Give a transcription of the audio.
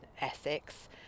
Essex